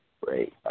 Great